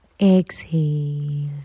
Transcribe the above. exhale